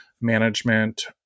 management